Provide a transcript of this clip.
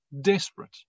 desperate